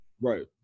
Right